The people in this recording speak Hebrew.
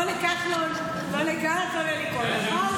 לא לכחלון, לא לגלנט, חברי, בוקר טוב.